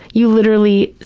you literally,